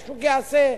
השוק יעשה,